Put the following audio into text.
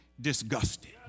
Disgusted